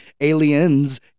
Aliens